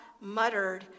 muttered